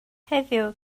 heddiw